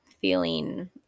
feeling